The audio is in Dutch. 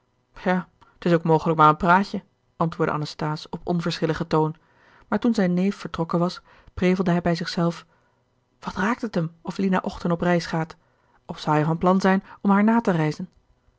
ja t is ook mogelijk maar een praatje antwoordde anasthase op onverschilligen toon maar toen zijn neef vertrokken was prevelde hij bij zich zelf wat raakt het hem of lina ochten op reis gaat of zou hij van plan zijn om haar na te reizen